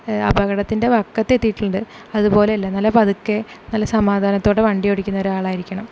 അപകടത്തിൻ്റെ വക്കത്ത് എത്തിയിട്ടുണ്ട് അതുപോലെ അല്ല നല്ല പതുക്കെ നല്ല സമാധാനത്തോടെ വണ്ടി ഓടിക്കുന്ന ഒരു ആൾ ആയിരിക്കണം